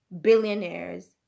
billionaires